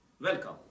welcome